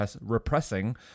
repressing